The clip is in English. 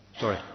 Sorry